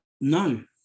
no